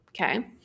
okay